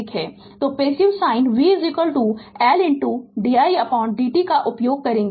तो passive sign convention v L didt का उपयोग करेगे